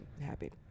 happy